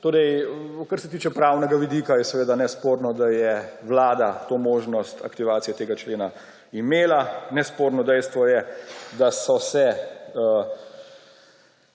policije. Kar se tiče pravnega vidika, je nesporno, da je vlada to možnost aktivacije tega člena imela. Nesporno dejstvo je, da so se